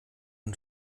und